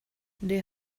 der